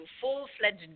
full-fledged